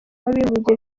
w’abibumbye